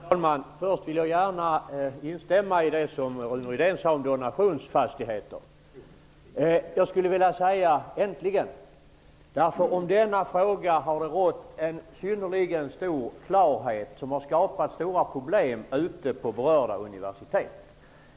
Herr talman! Först vill jag gärna instämma i det som Rune Rydén sade om donationsfastigheter. Jag skulle vilja säga: äntligen! Om denna fråga har det nämligen rått en synnerligen stor klarhet som har skapat stora problem på berörda universitet.